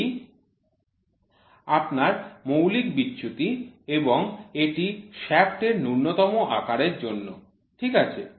এটি আপনার মৌলিক বিচ্যুতি এবং এটি শ্য়াফ্ট এর ন্যূনতম আকারের জন্য ঠিক আছে